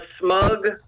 smug